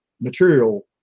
material